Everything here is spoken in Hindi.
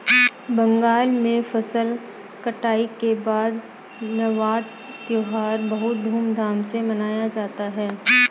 बंगाल में फसल कटाई के बाद नवान्न त्यौहार बहुत धूमधाम से मनाया जाता है